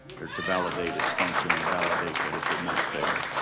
to validate its function and validate that it did not fail.